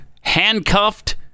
handcuffed